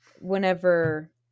Whenever